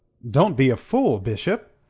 don't be a fool, bishop.